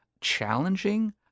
challenging